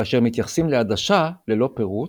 כאשר מתייחסים לעדשה, ללא פירוט,